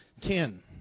Ten